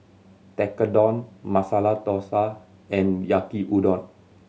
Tekkadon Masala Dosa and Yaki Udon